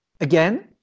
Again